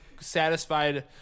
satisfied